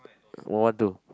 one one two